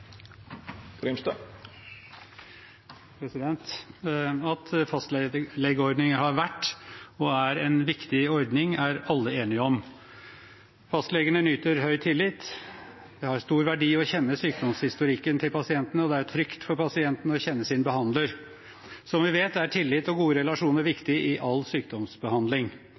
han refererte til. At fastlegeordningen har vært – og er – en viktig ordning, er alle enige om. Fastlegene nyter høy tillit. Det har stor verdi å kjenne sykdomshistorikken til pasientene, og det er trygt for pasientene å kjenne sin behandler. Som vi vet, er tillit og gode relasjoner viktig i all sykdomsbehandling.